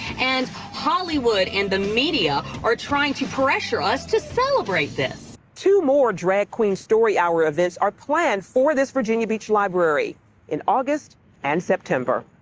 and hollywood and the media are trying to pressure us to celebrate this. charlene two more drag queen story-hour events are planned for this virginia beach library in august and september.